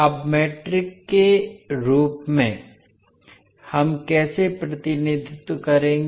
अब मैट्रिक्स के रूप में हम कैसे प्रतिनिधित्व करेंगे